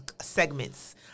segments